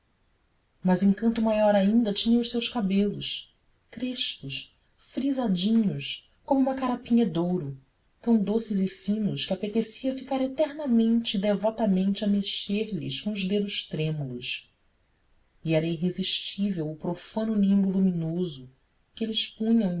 mas encanto maior ainda tinham os seus cabelos crespos frisadinhos como uma carapinha de ouro tão doces e finos que apetecia ficar eternamente e devotamente a mexer lhe com os dedos trêmulos e era irresistível o profano nimbo luminoso que eles punham